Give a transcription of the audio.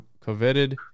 coveted